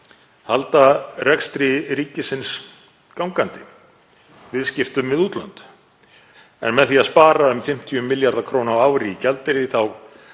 halda rekstri ríkisins gangandi, viðskiptum við útlönd, en með því að spara um 50 milljarða kr. á ári í gjaldeyri